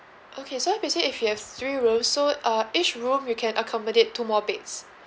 okay so basically if you have three rooms so uh each room you can accommodate two more beds